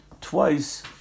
twice